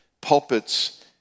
pulpits